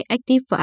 Active